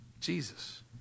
Jesus